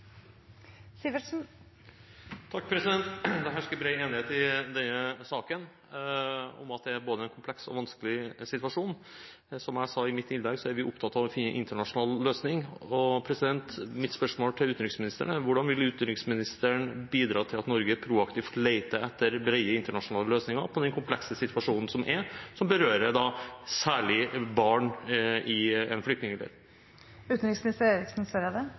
vanskelig situasjon. Som jeg sa i mitt innlegg, er vi opptatt av å finne en internasjonal løsning. Mitt spørsmål til utenriksministeren er: Hvordan vil utenriksministeren bidra til at Norge proaktivt leter etter brede internasjonale løsninger på den komplekse situasjonen, som særlig berører barn i en